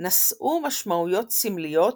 נשאו משמעויות סמליות